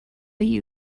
you